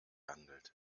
handelt